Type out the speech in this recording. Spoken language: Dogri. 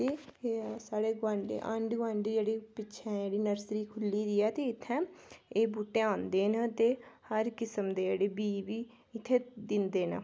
ऐ साढ़े आंडी गुआंडी जेह्डे़ पिच्छे जेह्ड़ी साढ़ी नर्सरी खुल्ली दी ऐ ते इत्थै बूह्टे औंदे न ते हर किस्म दे जेह्डे़ बीऽ बी इत्थै दिंदे न